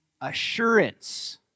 assurance